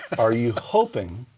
are you hoping.